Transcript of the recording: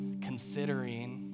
considering